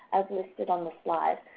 as listed on the slide,